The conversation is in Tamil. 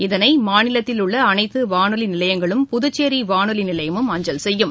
இதனைமாநிலத்தில் உள்ளஅனைத்துவானொலிநிலையங்களும் புதுச்சோிவானொலிநிலையமும் அஞ்சல் செய்யும்